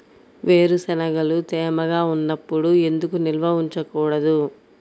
వేరుశనగలు తేమగా ఉన్నప్పుడు ఎందుకు నిల్వ ఉంచకూడదు?